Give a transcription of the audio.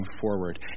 forward